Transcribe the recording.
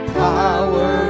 power